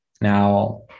Now